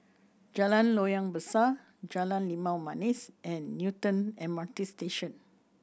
Jalan Loyang Besar Jalan Limau Manis and Newton M R T Station